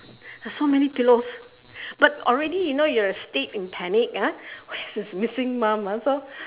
there's so many pillows but already you know you're a state in panic ah where is this missing mum ah so